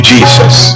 Jesus